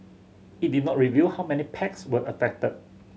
it did not reveal how many packs were affected